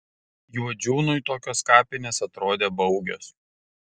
juodžiūnui tokios kapinės atrodė baugios